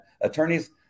attorneys